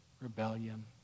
rebellion